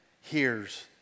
hears